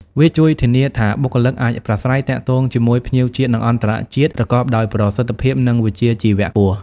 វាជួយធានាថាបុគ្គលិកអាចប្រាស្រ័យទាក់ទងជាមួយភ្ញៀវជាតិ និងអន្តរជាតិប្រកបដោយប្រសិទ្ធភាព និងវិជ្ជាជីវៈខ្ពស់។